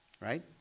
right